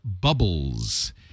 Bubbles